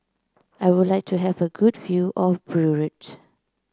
I would like to have a good view of Beirut